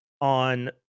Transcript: on